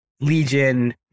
Legion